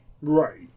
Right